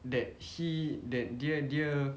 that he that dia dia